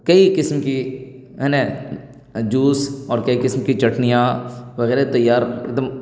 کئی قسم کی ہے نا جوس اور کئی قسم کی چٹنیاں وغیرہ تیار ایک دم